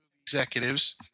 executives